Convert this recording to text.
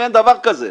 אין דבר כזה.